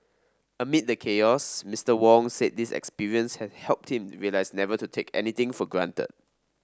amid the chaos Mister Wong said this experience has helped him realise never to take anything for granted